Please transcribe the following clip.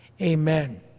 amen